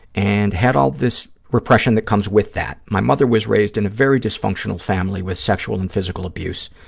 and had all this repression that comes with that. my mother was raised in a very dysfunctional family with sexual and physical abuse.